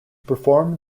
perform